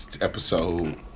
episode